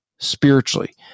Spiritually